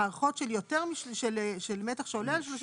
ולעומת זאת, המערכות של מתח שעולה על 33,